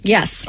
Yes